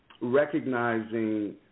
recognizing